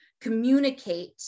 communicate